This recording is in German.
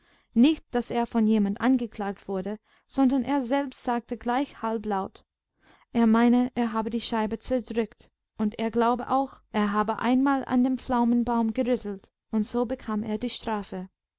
nicht daß er von jemand angeklagt wurde sondern er selbst sagte gleich halblaut er meine er habe die scheibe zerdrückt und er glaube auch er habe einmal an dem pflaumenbaum gerüttelt und so bekam er die strafe